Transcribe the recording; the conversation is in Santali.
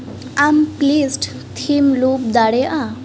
ᱟᱢ ᱯᱞᱮᱞᱤᱥᱴ ᱛᱷᱤᱢ ᱞᱩᱯ ᱫᱟᱲᱮᱭᱟᱜᱼᱟᱢ